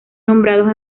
nombrados